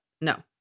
no